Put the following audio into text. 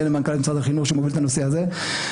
למנכ"ל משרד החינוך שמוביל את הנושא הזה.